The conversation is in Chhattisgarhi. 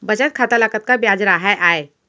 बचत खाता ल कतका ब्याज राहय आय?